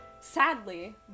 Sadly